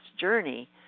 journey